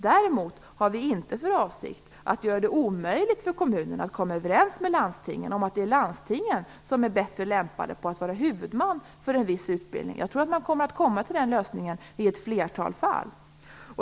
Däremot har vi inte för avsikt att göra det omöjligt för kommunerna att komma överens med landstingen om att det är landstingen som är bättre lämpade på att vara huvudmän för en viss utbildning. Jag tror att man kommer att komma fram till den lösningen i ett flertal fall.